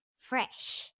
fresh